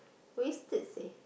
wasted seh